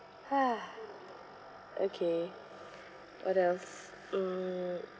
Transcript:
okay what else mm